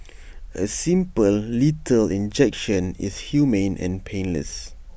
A simple lethal injection is humane and painless